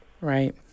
right